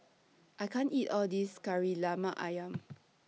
I can't eat All This Kari Lemak Ayam